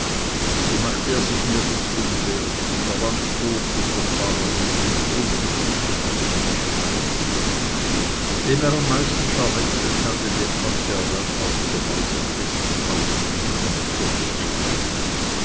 so machte er sich nirgends unwert und der landvogt und der pfarrer hielten große stücke auf ihn wem er am meisten scharwenzelt hatte den konnte er dann auch zu hause am besten ausführen und durchhecheln